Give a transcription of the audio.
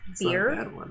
beer